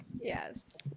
Yes